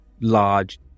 large